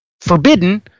forbidden